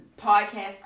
podcast